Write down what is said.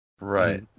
Right